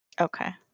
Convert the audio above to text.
Okay